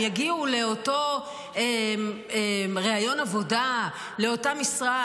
אם יגיעו לאותו ריאיון עבודה, לאותה משרה,